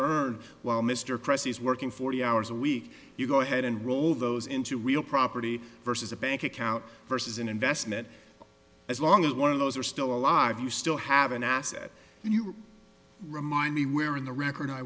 earned while mr cressy is working forty hours a week you go ahead and roll those into real property versus a bank account versus an investment as long as one of those are still alive you still have an asset you remind me where in the record i